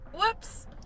whoops